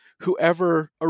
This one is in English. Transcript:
whoever